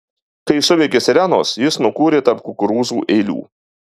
kai suveikė sirenos jis nukūrė tarp kukurūzų eilių